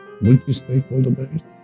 multi-stakeholder-based